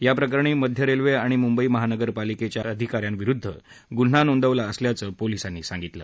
या प्रकरणी मध्य रेल्वे आणि मुंबई महानगरपालिकेच्या अधिका यांविरुद्ध गुन्हा नोंदवला असल्याचं पोलीसांनी सांगितलं